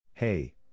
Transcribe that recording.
Hey